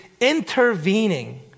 intervening